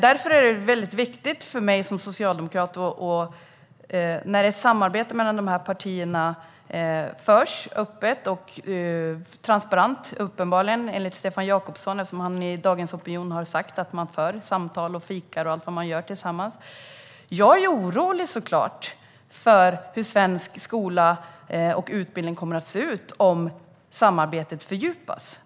Därför är det väldigt viktigt för mig som socialdemokrat när ett samarbete mellan de här partierna uppenbarligen förs öppet och transparent. Stefan Jakobsson har i Dagens Opinion sagt att man för samtal, fikar och allt vad man nu gör tillsammans. Jag är såklart orolig för hur svensk skola och utbildning kommer att se ut om samarbetet fördjupas.